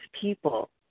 people